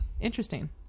Interesting